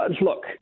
look